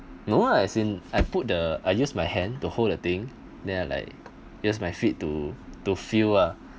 no lah as in I put the I use my hand to hold the thing then I like use my feet to to feel ah